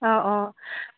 अ अ